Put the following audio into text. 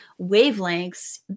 wavelengths